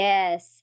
Yes